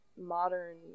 modern